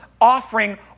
offering